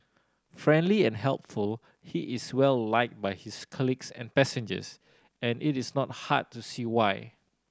friendly and helpful he is well liked by his colleagues and passengers and it is not hard to see why